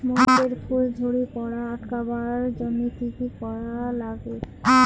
মরিচ এর ফুল ঝড়ি পড়া আটকাবার জইন্যে কি কি করা লাগবে?